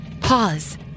Pause